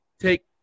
take